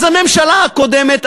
אז הממשלה הקודמת,